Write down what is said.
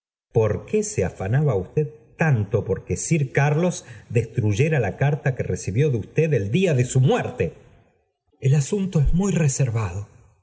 por que se afanaba usted tanto porque sir carlos destruyera la carta que recibió de usted el día de su muerte el asunto es muy reservado